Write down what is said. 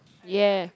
ya